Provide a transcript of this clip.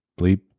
bleep